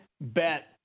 bet